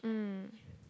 mm